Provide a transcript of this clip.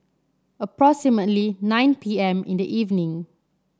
approximately nine P M in the evening